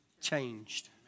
changed